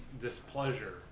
displeasure